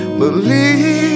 believe